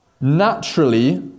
naturally